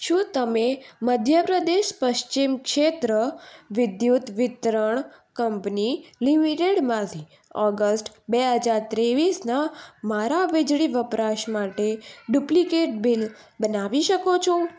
શું તમે મધ્યપ્રદેશ પશ્ચિમ ક્ષેત્ર વિદ્યુત વિતરણ કંપની લિમિટેડમાંથી ઓગસ્ટ બે હજાર ત્રેવીસના મારા વીજળી વપરાશ માટે ડુપ્લિકેટ બિલ બનાવી શકો છો